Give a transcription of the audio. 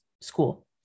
school